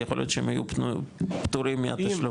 יכול להיות שהם יהיו פטורים מהתשלום.